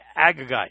Agagite